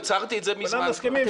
הצהרתי על כך מזמן.